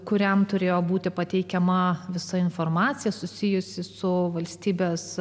kuriam turėjo būti pateikiama visa informacija susijusi su valstybės